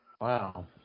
Wow